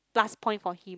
plus point for him